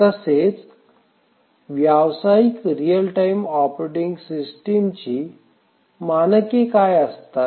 तसेच व्यावसायिक real time operating सिस्टिमची मानके काय असतात